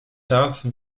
raz